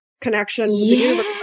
connection